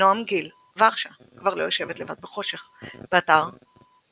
נעם גיל, ורשה כבר לא יושבת לבד בחושך, באתר ynet,